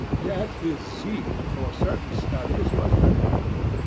yet his zeal for certain studies was remarkable,